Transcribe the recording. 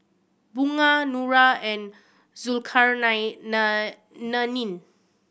Bunga Nura and